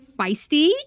feisty